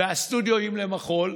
ומרכזי הסטודיו למחול,